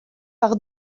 par